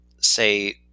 say